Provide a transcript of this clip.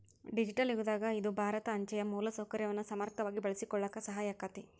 digital ಯುಗದಾಗ ಇದು ಭಾರತ ಅಂಚೆಯ ಮೂಲಸೌಕರ್ಯವನ್ನ ಸಮರ್ಥವಾಗಿ ಬಳಸಿಕೊಳ್ಳಾಕ ಸಹಾಯ ಆಕ್ಕೆತಿ